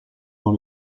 dans